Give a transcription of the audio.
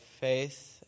faith